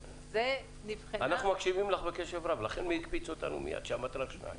אנחנו מקשיבים לך בקשב רב ולכן זה הקפיץ אותנו כשאמרת רק שני תנאים.